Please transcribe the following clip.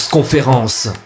Conférence